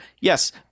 Yes